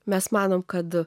mes manom kad